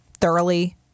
thoroughly